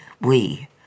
We